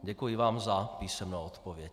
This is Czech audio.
Děkuji vám za písemnou odpověď.